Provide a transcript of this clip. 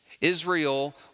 Israel